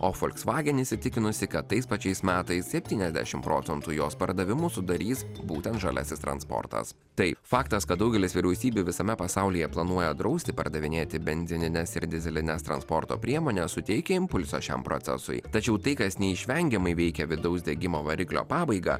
o volkswagen įsitikinusi kad tais pačiais metais septyniasdešimt procentų jos pardavimų sudarys būtent žaliasis transportas tai faktas kad daugelis vyriausybių visame pasaulyje planuoja drausti pardavinėti benzinines ir dyzelines transporto priemones suteikia impulsą šiam procesui tačiau tai kas neišvengiamai veikia vidaus degimo variklio pabaigą